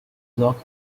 block